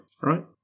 right